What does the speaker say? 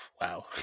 Wow